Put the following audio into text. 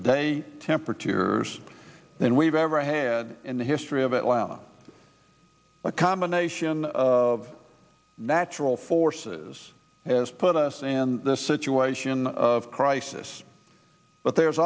degree temperatures than we've ever had in the history of atlanta a combination of natural forces as put us and the situation of crisis but there's